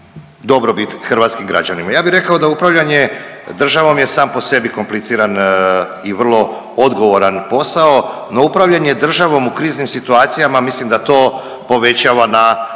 dobrobit hrvatskim građanima. Ja bih rekao da upravljanje državom je sam po sebi kompliciran i vrlo odgovoran posao, no upravljanje državom u kriznim situacijama, mislim da to povećava na